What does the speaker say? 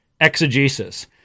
exegesis